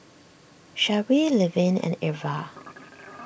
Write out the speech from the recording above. Sharee Levin and Irva